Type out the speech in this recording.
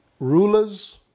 RULERS